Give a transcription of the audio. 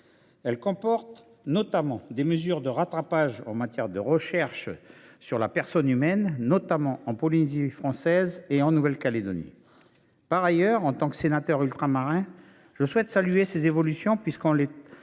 Elles comportent notamment des mesures de rattrapage en matière de recherche sur la personne humaine en Polynésie française et en Nouvelle Calédonie. En tant que sénateur ultramarin, je souhaite saluer ces évolutions, car, en l’état